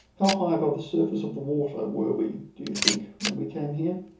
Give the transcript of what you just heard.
how high above the surface of the water were we, do you think, when we came here?